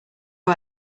was